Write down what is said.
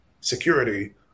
security